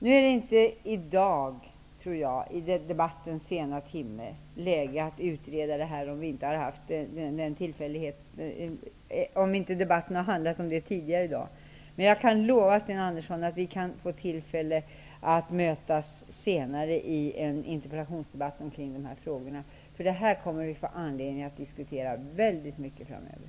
Nu är det vid denna sena tidpunkt i debatten inte läge för att utreda det här, om debatten inte har handlat om detta tidigare i dag, men jag kan lova Sten Andersson att vi senare kan få tillfälle att mötas omkring de här frågorna i en interpellationsdebatt -- det här kommer vi nämligen att få anledning att diskutera mycket framöver.